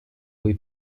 cui